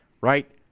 right